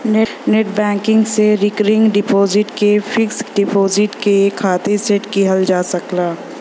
net banking से recurring deposit क fixed deposit के खातिर सेट किहल जा सकला